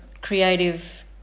creative